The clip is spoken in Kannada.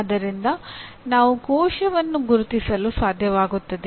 ಆದ್ದರಿಂದ ನಾವು ಕೋಶವನ್ನು ಗುರುತಿಸಲು ಸಾಧ್ಯವಾಗುತ್ತದೆ